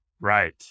Right